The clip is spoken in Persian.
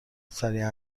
سریع